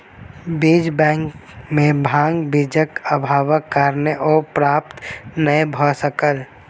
बीज बैंक में भांग बीजक अभावक कारणेँ ओ प्राप्त नै भअ सकल